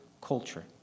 culture